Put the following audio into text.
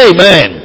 Amen